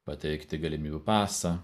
pateikti galimybių pasą